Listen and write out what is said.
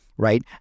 right